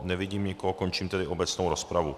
Nevidím nikoho, končím tedy obecnou rozpravu.